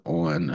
on